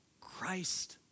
Christ